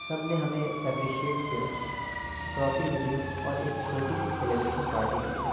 سب نے ہمیں اپپریشیٹ کیا ٹرافی ملی اور ایک چھوٹی سی سیلیبریشن پارٹی بھی ہوئی